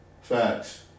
facts